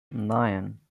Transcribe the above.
nine